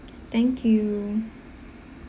thank you